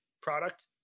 product